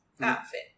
outfit